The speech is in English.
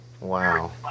Wow